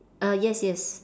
err yes yes